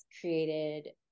created